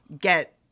get